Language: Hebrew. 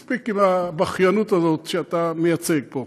מספיק עם הבכיינות הזאת, שאתה מייצג פה.